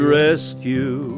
rescue